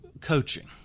Coaching